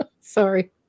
Sorry